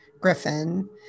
Griffin